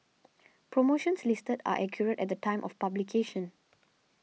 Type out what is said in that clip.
promotions listed are accurate at the time of publication